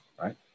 right